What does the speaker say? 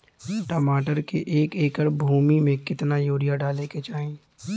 टमाटर के एक एकड़ भूमि मे कितना यूरिया डाले के चाही?